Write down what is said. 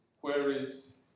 Queries